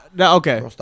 Okay